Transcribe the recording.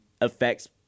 affects